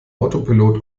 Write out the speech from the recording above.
autopilot